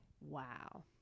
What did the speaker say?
wow